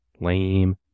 Lame